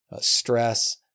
stress